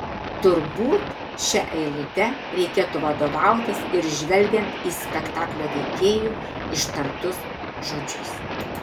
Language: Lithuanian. turbūt šia eilute reikėtų vadovautis ir žvelgiant į spektaklio veikėjų ištartus žodžius